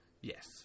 yes